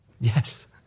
Yes